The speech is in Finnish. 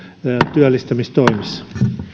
työllistämistoimissa